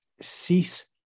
cease